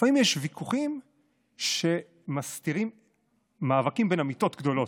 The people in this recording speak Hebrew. לפעמים יש ויכוחים שמסתירים מאבקים בין אמיתות גדולות.